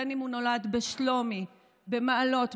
בין שהוא נולד בשלומי ובין שבמעלות,